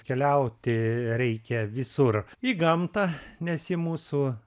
keliauti reikia visur į gamtą nes ji mūsų